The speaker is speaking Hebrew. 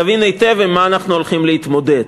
יבין היטב עם מה אנחנו הולכים להתמודד.